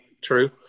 True